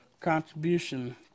contribution